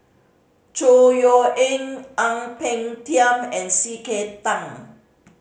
Chor Yeok Eng Ang Peng Tiam and C K Tang